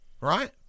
Right